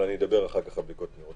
אבל אדבר אחר כך על בדיקות מהירות.